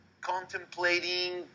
contemplating